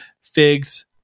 Figs